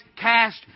cast